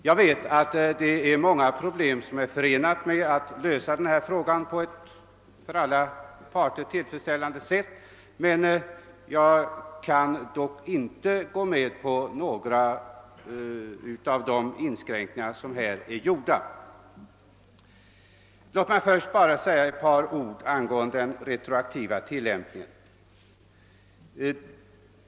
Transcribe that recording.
Jag vet att det är förenat med stora svårigheter att lösa detta problem på ett för alla parter tillfredsställande sätt, men jag kan inte ansluta mig till en del av de inskränkningar som här föreslagits. Låt mig i sammanhanget också säga några ord om den retroaktiva tillämpningen.